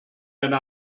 eine